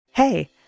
Hey